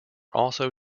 also